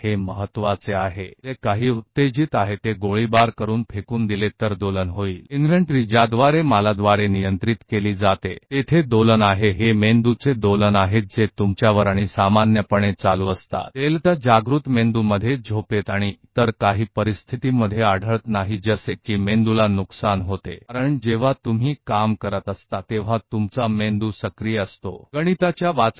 अगर सब कुछ जो एक्साइटिड है और उसे फायरिंग करके बाहर निकाल दिया जाए तो OCCILATION होगा उत्तेजना को इन्वेंट्री सामान द्वारा नियंत्रित किया जाता है जिससे OCCILATION होता है ये मस्तिष्क का OCCILATION हैं जो आप पर चल रहा है और सामान्य रूप से जागृत मस्तिष्क में डेल्टा नहीं मिलता है हम नींद में और कुछ अन्य स्थितियों में मस्तिष्क को नुकसान होता है क्योंकि धीमी गति की मांग की जाती हैराम जब आप काम कर रहे होते हैं तो आपका मस्तिष्क सक्रिय होता है गणित पढ़नाआदि